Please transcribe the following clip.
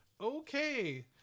Okay